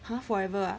!huh! forever ah